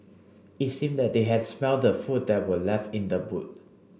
it seemed that they had smelt the food that were left in the boot